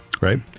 right